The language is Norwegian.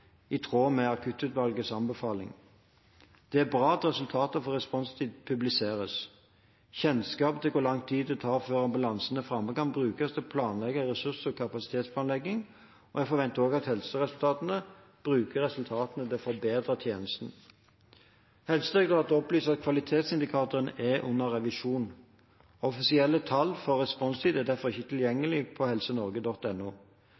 i tråd med Akuttutvalgets anbefaling. Det er bra at resultater for responstid publiseres. Kjennskap til hvor lang tid det tar før ambulansen er framme, kan brukes til å planlegge ressurs- og kapasitetsplanlegging, og jeg forventer også at helseforetakene bruker resultatene til å forbedre tjenesten. Helsedirektoratet opplyser at kvalitetsindikatoren er under revisjon. Offisielle tall for responstid er derfor ikke